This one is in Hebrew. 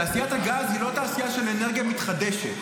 תעשיית הגז היא לא תעשייה של אנרגיה מתחדשת.